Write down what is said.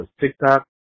TikTok